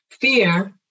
Fear